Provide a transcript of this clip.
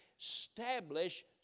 establish